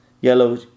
yellow